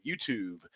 YouTube